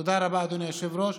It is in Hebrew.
תודה רבה, אדוני היושב-ראש.